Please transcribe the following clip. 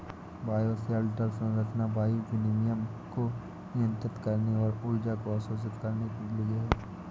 bioshelter संरचना वायु विनिमय को नियंत्रित करने और ऊर्जा को अवशोषित करने के लिए है